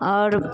आओर